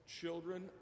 children